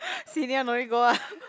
senior no need go ah